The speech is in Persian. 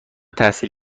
تحصیل